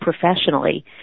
professionally